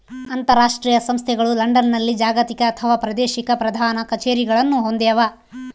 ಅಂತರಾಷ್ಟ್ರೀಯ ಸಂಸ್ಥೆಗಳು ಲಂಡನ್ನಲ್ಲಿ ಜಾಗತಿಕ ಅಥವಾ ಪ್ರಾದೇಶಿಕ ಪ್ರಧಾನ ಕಛೇರಿಗಳನ್ನು ಹೊಂದ್ಯಾವ